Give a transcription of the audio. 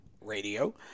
Radio